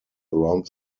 around